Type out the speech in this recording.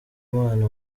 imana